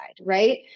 right